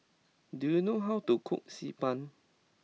do you know how to cook Xi Ban